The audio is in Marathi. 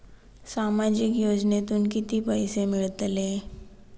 सामाजिक योजनेतून किती पैसे मिळतले?